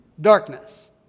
darkness